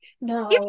no